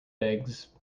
eggs